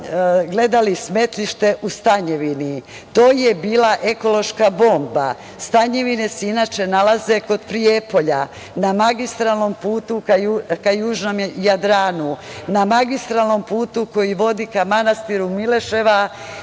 gledali smetlište u „Stanjevini“. To je bila ekološka bomba. „Stanjevine“ se inače nalaze kod Prijepolja na magistralnom putu ka južnom Jadranu, na magistralnom putu koji vodi ka manastiru Mileševa